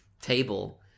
table